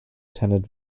tended